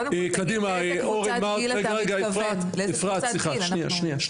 רגע אפרת, סליחה.